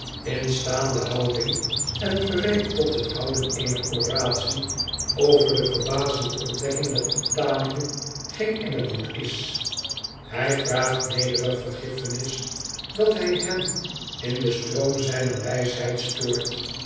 in staande houding en gereed tot het houden eener oratie over de verbazende ontdekking dat italië geen engeland is hij vraagt nederig vergiffenis dat hij hem in den stroom zijner wijsheid stoort